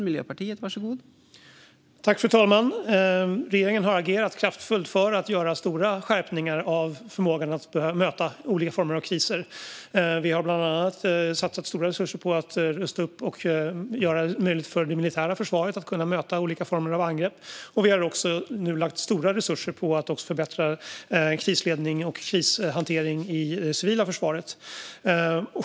Fru talman! Regeringen har agerat kraftfullt för att göra stora skärpningar av förmågan att möta olika former av kriser. Vi har bland annat satsat stora resurser på att rusta upp och göra det möjligt för det militära försvaret att möta olika former av angrepp. Vi har även lagt stora resurser på att förbättra krisledning och krishantering i det civila försvaret.